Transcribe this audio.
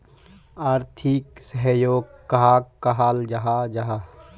आर्थिक सहयोग कहाक कहाल जाहा जाहा?